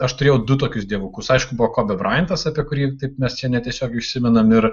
aš turėjau du tokius dievukus aišku buvo kobi braintas apie kurį taip mes netiesiogiai užsimenam ir